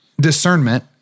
discernment